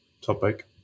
topic